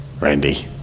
Randy